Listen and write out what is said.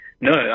No